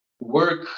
work